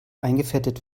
eingefettet